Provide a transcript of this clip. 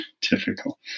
Typical